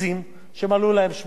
שמלאו להם 18 שנה.